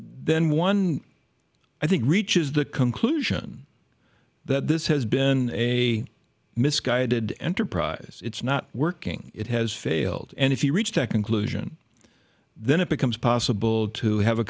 then one i think reaches the conclusion that this has been a misguided enterprise it's not working it has failed and if you reach that conclusion then it becomes possible to have a